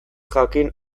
jakin